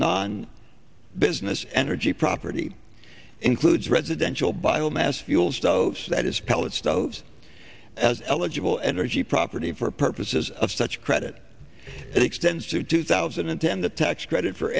non business energy property includes residential biomass fuel stoves that is pellet stoves as eligible energy property for purposes of such credit it extends to two thousand and ten the tax credit for